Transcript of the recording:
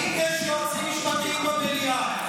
האם יש יועצים משפטיים במליאה?